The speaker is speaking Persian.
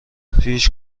پیش